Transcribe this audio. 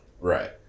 Right